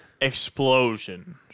explosion